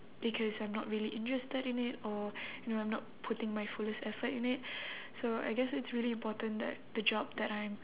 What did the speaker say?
because I'm not really interested in it or you know I'm not putting my fullest effort in it so I guess it's really important that the job that I am